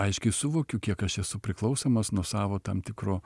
aiškiai suvokiu kiek aš esu priklausomas nuo savo tam tikro